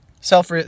self